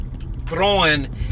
throwing